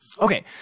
Okay